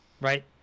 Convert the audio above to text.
right